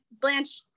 Blanche